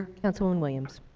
councilwoman williams.